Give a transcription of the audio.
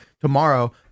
Tomorrow